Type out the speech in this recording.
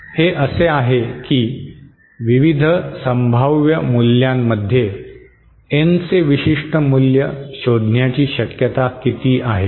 हे असे आहे की विविध संभाव्य मूल्यांमध्ये एनचे विशिष्ट मूल्य शोधण्याची शक्यता किती आहे